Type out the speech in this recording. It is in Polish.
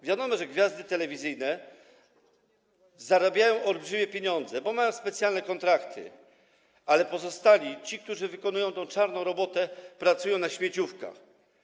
Wiadomo, że gwiazdy telewizyjne zarabiają olbrzymie pieniądze, bo mają specjalne kontrakty, ale pozostali, ci którzy wykonują czarną robotę, pracują na śmieciówkach.